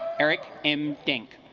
eric m dink